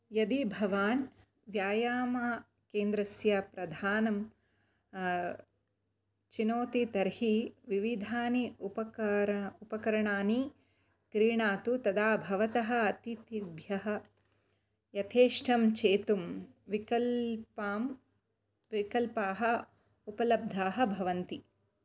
यदि भवान् व्यायामकेन्द्रस्य प्रधानं चिनोति तर्हि विविधानि उपकार उपकरणानि क्रीणातु तदा भवतः अतिथिभ्यः यथेष्टं चेतुं विकल्पां विकल्पाः उपलब्धाः भवन्ति